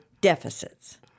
deficits